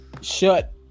Shut